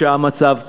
כשהמצב קשה,